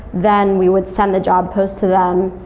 then we would send the job post to them.